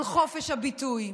של חופש הביטוי.